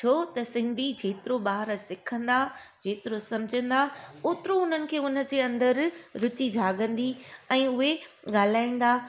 छो त सिंधी जेतिरो ॿार सिखंदा जेतिरो सम्झंदा ओतिरो उन्हनि खे उनजे अंदर रूची जाॻंदी ऐं उहे ॻाल्हाईंदा